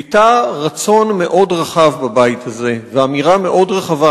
ביטא רצון מאוד רחב בבית הזה ואמירה מאוד רחבה,